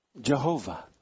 Jehovah